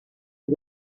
que